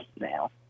now